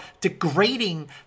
degrading